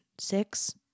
six